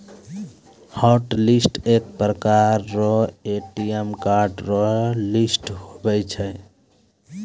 hotlist एक प्रकार रो ए.टी.एम कार्ड रो लिस्ट हुवै छै